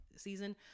season